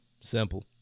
Simple